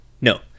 no